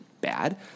bad